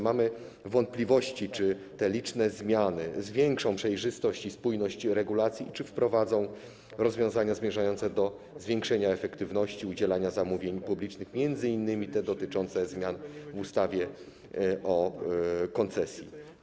Mamy wątpliwości, czy te liczne zmiany zwiększą przejrzystość i spójność regulacji i czy wprowadzą rozwiązania zmierzające do zwiększenia efektywności udzielania zamówień publicznych - m.in. te dotyczące zmian w ustawie o umowie koncesji.